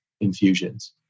infusions